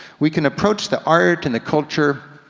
we can approach the art, and the culture,